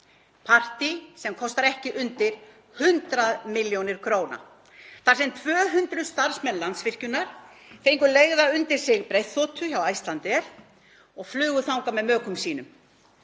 partí sem kostar ekki undir 100 millj. kr., þar sem 200 starfsmenn Landsvirkjunar fengu leigða undir sig breiðþotu hjá Icelandair og flugu þangað með mökum sínum;